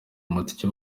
amatike